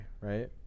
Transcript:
right